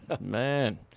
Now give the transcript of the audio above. Man